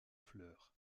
fleurs